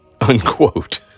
Unquote